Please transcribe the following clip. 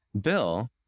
bill